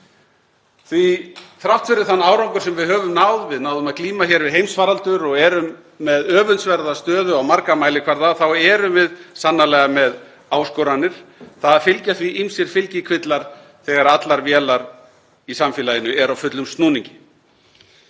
að þrátt fyrir þann árangur sem við höfum náð — við náðum að glíma hér við heimsfaraldur og erum með öfundsverða stöðu á marga mælikvarða — þá erum við sannarlega með áskoranir. Það fylgja því ýmsir fylgikvillar þegar allar vélar í samfélaginu eru á fullum snúningi.